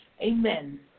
Amen